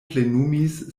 plenumis